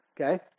okay